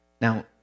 now